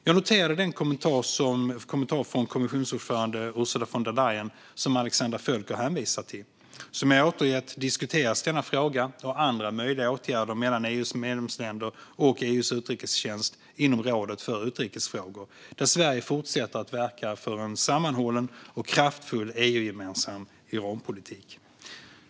Jag noterade den kommentar från kommissionsordförande Ursula von der Leyen som Alexandra Völker hänvisar till. Som jag återgett diskuteras denna fråga och andra möjliga åtgärder mellan EU:s medlemsländer och EU:s utrikestjänst inom rådet för utrikes frågor, där Sverige fortsätter att verka för en sammanhållen och kraftfull EU-gemensam Iranpolitik.